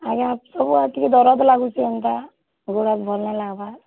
ଆଜ୍ଞା ସବୁଆଡ଼େ ଟିକେ ଦରଜ୍ ଲାଗୁଛେ ହେନ୍ତା ଗୋଡ଼୍ହାତ୍ ଭଲ୍ ନାଇଁ ଲାଗ୍ବାର୍